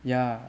ya